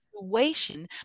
situation